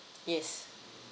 yes